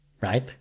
right